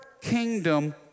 kingdom